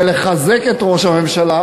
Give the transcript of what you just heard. ולחזק את ראש הממשלה,